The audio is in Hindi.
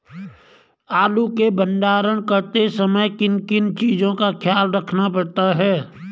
आलू के भंडारण करते समय किन किन चीज़ों का ख्याल रखना पड़ता है?